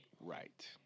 Right